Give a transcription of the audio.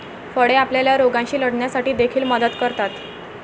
फळे आपल्याला रोगांशी लढण्यासाठी देखील मदत करतात